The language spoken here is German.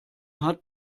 hat